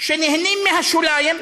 שנהנים מהשוליים,